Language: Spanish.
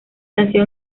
nació